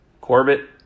Corbett